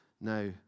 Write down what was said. Now